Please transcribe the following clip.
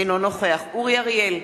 אינו נוכח אורי אריאל,